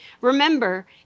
Remember